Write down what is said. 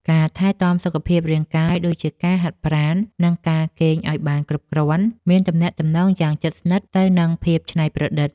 ការថែទាំសុខភាពរាងកាយ ដូចជាការហាត់ប្រាណ និងការគេងឱ្យបានគ្រប់គ្រាន់ មានទំនាក់ទំនងយ៉ាងជិតស្និទ្ធទៅនឹងភាពច្នៃប្រឌិត។